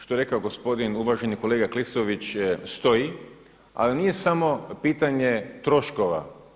Što je rekao gospodin uvaženi kolega Klisović stoji, ali nije samo pitanje troškova.